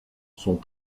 sont